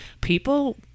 People